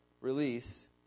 release